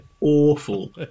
awful